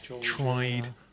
tried